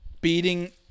beating –